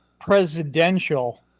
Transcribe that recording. presidential